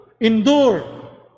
Endure